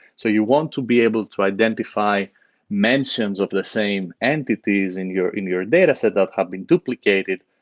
so you want to be able to identify mentions of the same entities in your in your dataset that have been duplicated.